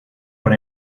por